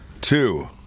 two